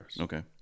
Okay